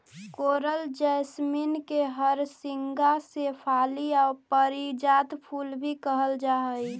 कोरल jasmine के हरसिंगार शेफाली आउ पारिजात फूल भी कहल जा हई